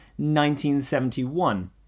1971